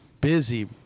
busy